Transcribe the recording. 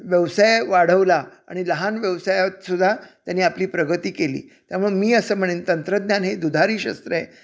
व्यवसाय वाढवला आणि लहान व्यवसायात सुद्धा त्यानी आपली प्रगती केली त्यामुळं मी असं म्हणेन तंत्रज्ञान हे दुधारी शस्त्र आहे